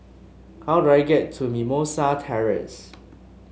how do I get to Mimosa Terrace